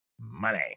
money